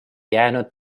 jäänud